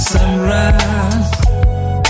Sunrise